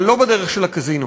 אבל לא בדרך של קזינו.